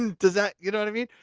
and does that, you know what i mean?